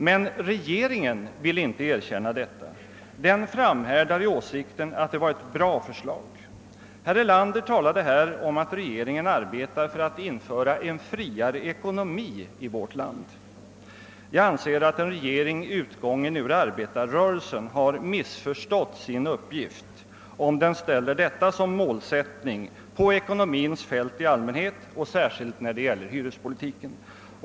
Men regeringen vill inte erkänna detta. Den framhärdar i åsikten att det var ett bra förslag. Herr Erlander talade här om att regeringen arbetar för att införa en friare ekonomi i vårt land. En regering utgången ur arbetarrörelsen har missförstått sin uppgift, om den ställer detta som målsättning på ekonomins fält i allmänhet och särskilt när det gäller hyrespolitiken.